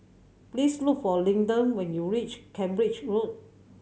please look for Linden when you reach Cambridge Road